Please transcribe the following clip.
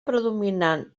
predominant